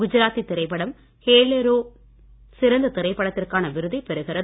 குஜராத்தி திரைப்படம் ஹேலேரோ சிறந்த திரைப்படத்திற்கான விருதை பெறுகிறது